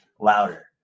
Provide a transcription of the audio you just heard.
louder